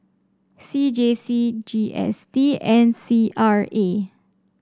C J C G S T and C R A